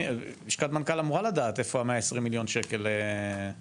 --- לשכת מנכ"ל אמורה לדעת איפה 120 מיליון השקלים נמצאים.